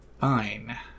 Fine